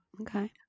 Okay